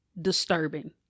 disturbing